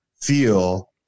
feel